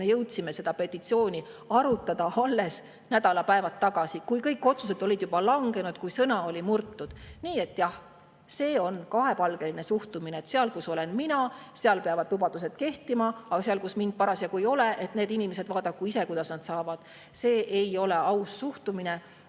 me jõudsime seda petitsiooni arutada alles nädalapäevad tagasi, kui kõik otsused olid juba langenud, kui sõna oli murtud. Nii et jah, see on kahepalgeline suhtumine: seal, kus olen mina, peavad lubadused kehtima, aga seal, kus mind parasjagu ei ole, vaadaku inimesed ise, kuidas nad saavad. See ei ole aus suhtumine.